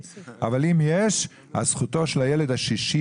אבל אם יש אז זכותו של הילד השישי